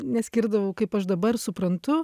neskirdavau kaip aš dabar suprantu